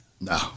No